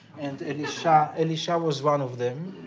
and elisha elisha was one of them.